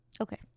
Okay